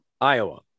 Iowa